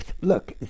Look